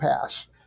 pass